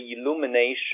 illumination